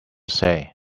say